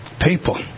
people